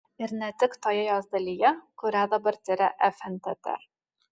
ir ne tik toje jos dalyje kurią dabar tiria fntt